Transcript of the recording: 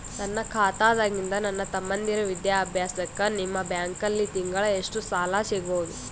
ನನ್ನ ಖಾತಾದಾಗಿಂದ ನನ್ನ ತಮ್ಮಂದಿರ ವಿದ್ಯಾಭ್ಯಾಸಕ್ಕ ನಿಮ್ಮ ಬ್ಯಾಂಕಲ್ಲಿ ತಿಂಗಳ ಎಷ್ಟು ಸಾಲ ಸಿಗಬಹುದು?